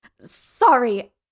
Sorry